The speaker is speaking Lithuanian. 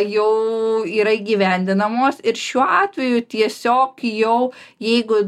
jau yra įgyvendinamos ir šiuo atveju tiesiog jau jeigu